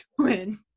twin